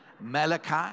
Malachi